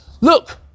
Look